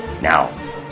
Now